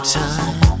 time